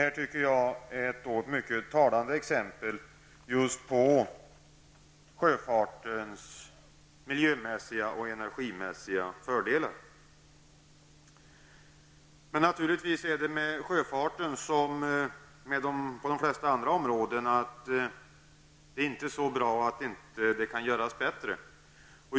Detta tycker jag är ett mycket talande bevis på sjöfartens miljömässiga och energimässiga fördelar. Naturligtvis förhåller det sig med sjöfarten som med det mesta, att den inte är så bra att den inte kan göras bättre.